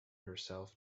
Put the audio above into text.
herself